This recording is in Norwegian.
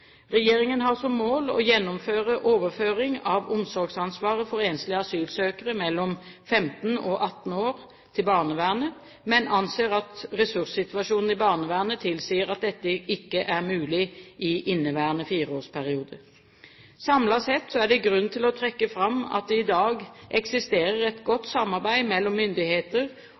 Regjeringen har som mål å gjennomføre overføring av omsorgsansvaret for enslige asylsøkere mellom 15 og 18 år til barnevernet, men anser at ressurssituasjonen i barnevernet tilsier at dette ikke er mulig i inneværende fireårsperiode. Samlet sett er det grunn til å trekke fram at det i dag eksisterer et godt samarbeid mellom myndigheter